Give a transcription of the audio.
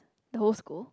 the whole school